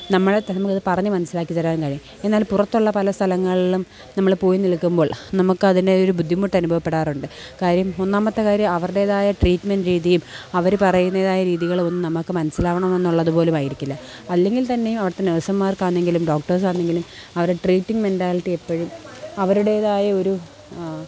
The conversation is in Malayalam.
നമ്മളെ തന്നെ നമുക്ക് പറഞ്ഞു മനസ്സിലാക്കിത്തരാൻ കഴിയും എന്നാൽ പുറത്തുള്ള പല സ്ഥലങ്ങളിലും നമ്മൾ പോയി നിൽക്കുമ്പോൾ നമുക്കതിൻ്റേതായൊരു ബുദ്ധിമുട്ട് അനുഭവപ്പെടാറുണ്ട് കാര്യം ഒന്നാമത്തെ കാര്യം അവരുടേതായ ട്രീറ്റ്മെൻ്റ് രീതിയും അവർ പറയുന്നതായ രീതികളും ഒന്നും നമുക്ക് മനസ്സിലാവണമെന്നുള്ളതുപോലും ആയിരിക്കില്ല അല്ലെങ്കിൽ തന്നെ അവിടുത്തെ നേഴ്സുമാർക്കാണെങ്കിലും ഡോക്ട്ടേഴ്സാണെങ്കിലും അവരെ ട്രീറ്റിങ്ങ് മെൻ്റാലിറ്റിയെപ്പോഴും അവരുടേതായ ഒരു